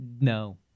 No